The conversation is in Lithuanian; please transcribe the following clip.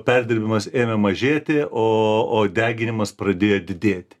perdirbimas ėmė mažėti o o deginimas pradėjo didėti